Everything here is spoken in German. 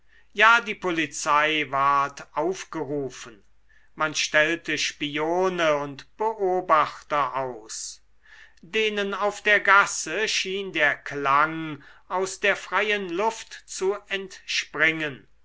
ja die polizei ward aufgerufen man stellte spione und beobachter aus denen auf der gasse schien der klang aus der freien luft zu entspringen